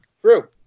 True